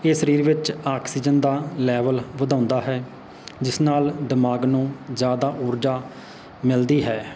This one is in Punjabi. ਇਹ ਸਰੀਰ ਵਿੱਚ ਆਕਸੀਜਨ ਦਾ ਲੈਵਲ ਵਧਾਉਂਦਾ ਹੈ ਜਿਸ ਨਾਲ ਦਿਮਾਗ ਨੂੰ ਜ਼ਿਆਦਾ ਊਰਜਾ ਮਿਲਦੀ ਹੈ